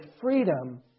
freedom